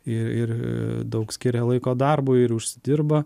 ir ir daug skiria laiko darbui ir užsidirba